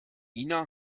ina